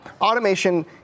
Automation